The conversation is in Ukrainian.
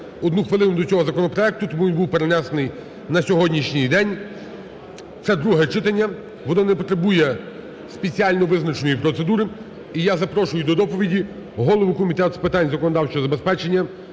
одну хвилину до цього законопроекту, тому він був перенесений на сьогоднішній день. Це друге читання, воно не потребує спеціально визначеної процедури. І я запрошую до доповіді голову Комітету з питань законодавчого забезпечення